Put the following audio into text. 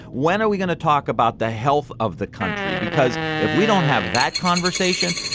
when are we going to talk about the health of the country? because if we don't have that conversation,